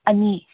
ꯑꯅꯤ